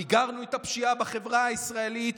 מיגרנו את הפשיעה בחברה הישראלית?